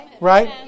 Right